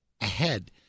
ahead